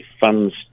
funds